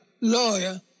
lawyer